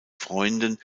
freunden